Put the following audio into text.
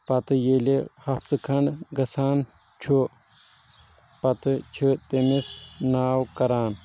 پتہٕ ییٚلہِ ہفتہٕ کھنڈ گژھان چھُ پتہٕ چھُ تٔمِس ناو کران